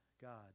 God